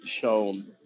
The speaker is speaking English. shown